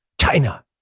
China